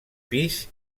pis